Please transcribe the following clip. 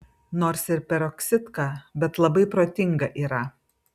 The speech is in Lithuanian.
nors ir peroksidka bet labai protinga yra